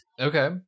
okay